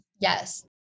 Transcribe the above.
Yes